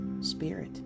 spirit